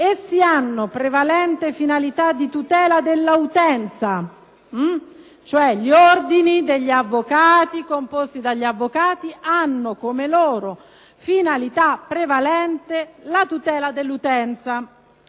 Essi hanno prevalente finalità di tutela della utenza» - cioè, gli ordini degli avvocati, composti dagli avvocati, hanno come loro finalità prevalente la tutela dell'utenza